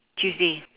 tuesday